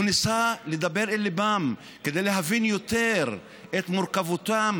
הוא ניסה לדבר אל ליבם כדי שיבינו יותר את מורכבותם